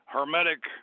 Hermetic